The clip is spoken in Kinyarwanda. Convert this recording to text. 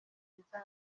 nziza